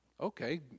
Okay